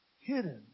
Hidden